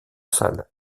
salle